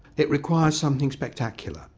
it requires something spectacular,